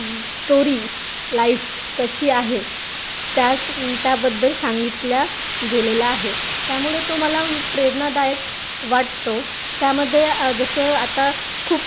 story life कशी आहे त्यास त्याबद्दल सांगितलं गेलेलं आहे त्यामुळे तो मला प्रेरणादायक वाटतो त्यामध्ये जसं आता खूप